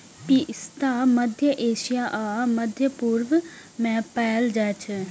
पिस्ता मध्य एशिया आ मध्य पूर्व मे पाएल जाइ छै